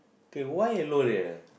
okay why L'oreal